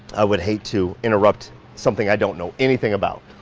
i would hate to interrupt something i don't know anything about